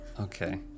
okay